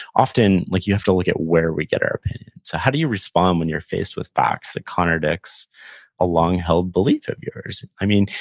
often, like you have to look at where we get our opinions, so, how do you respond when you're faced with facts that contradicts a long held belief of yours? i mean,